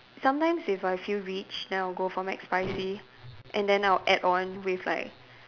sometimes if I feel rich then I'll go for McSpicy and then I'll add on with like